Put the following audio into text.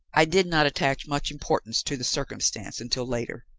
i did not attach much importance to the circumstance until later.